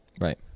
Right